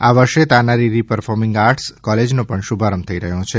આ વર્ષે તાના રીરી પરફોર્મીંગ આટર્સ કોલેજનો શુભારંભ થઇ રહયો છે